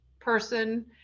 person